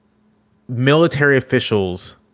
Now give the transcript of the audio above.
military officials,